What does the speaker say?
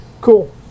Cool